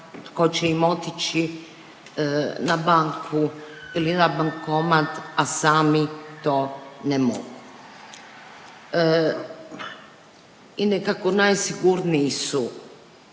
tko će im otići na banku ili na bankomat, a sami to ne mogu. I nekako najsigurniji su